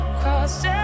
crossed